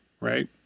right